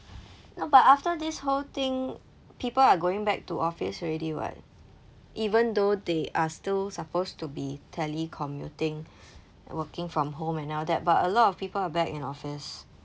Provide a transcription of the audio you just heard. no but after this whole thing people are going back to office already [what] even though they are still supposed to be telecommuting working from home and all that but a lot of people are back in office